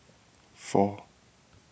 four